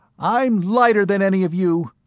i'm lighter than any of you,